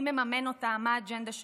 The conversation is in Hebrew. מי מממן אותם ומה האג'נדה שלהם,